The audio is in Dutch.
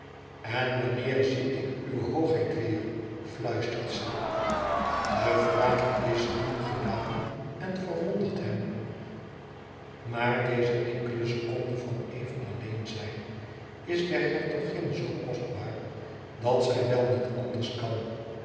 en wanneer zie ik uw hoogheid weêr fluistert ze de vraag is ruw gedaan en verwondert hem maar deze enkele seconde van even alleen zijn is der hertogin zoo kostbaar dat zij wel niet anders kan